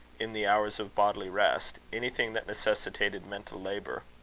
in the hours of bodily rest, anything that necessitated mental labour.